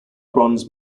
bronze